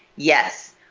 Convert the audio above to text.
yes,